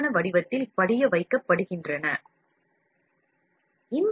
திரவ அடிப்படை அல்லாத செயல்முறைகளின் அடிப்படைகளை கண்டோம்